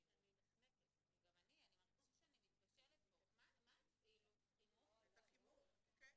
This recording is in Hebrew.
אני אומר לגבירתי, אמרתי, טוב, הם לא